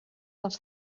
dels